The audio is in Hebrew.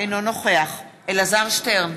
אינו נוכח אלעזר שטרן,